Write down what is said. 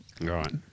Right